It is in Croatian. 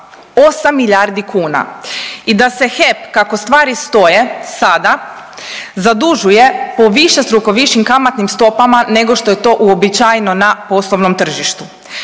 8 milijardi kuna i da se HEP kako stvari stoje sada zadužuje po višestruko višim kamatnim stopama nego što je to uobičajeno na poslovnom tržištu.